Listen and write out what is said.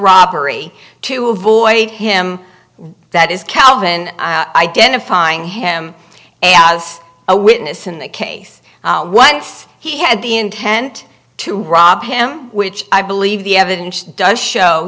robbery to avoid him that is calvin identifying him as a witness in that case once he had the intent to rob him which i believe the evidence does show